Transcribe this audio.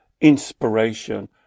inspiration